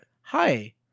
hi